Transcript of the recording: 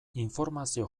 informazio